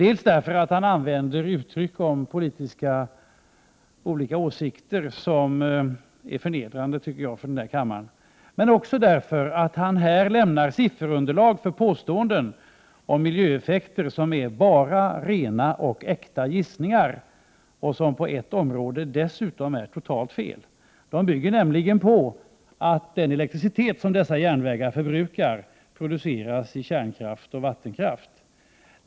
Dels använde Ivar Franzén uttryck om olika politiska åsikter som är förnedrande för denna kammare, dels lämnade han för påståenden om miljöeffekter sifferunderlag, som bara är rena och äkta gissningar och som på ett område dessutom är totalt fel. De bygger nämligen på att den elektricitet som järnvägarna förbrukar produceras i kärnkraftverk och vattenkraftverk.